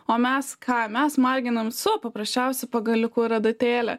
o mes ką mes marginam savo paprasčiausiu pagaliuku ir adatėle